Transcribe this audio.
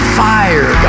fire